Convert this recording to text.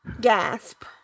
Gasp